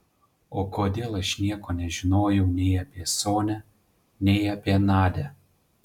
o kodėl aš nieko nežinojau nei apie sonią nei apie nadią